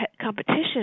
competition